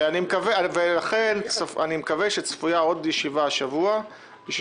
לכן אני מקווה שצפויה עוד ישיבה השבוע כדי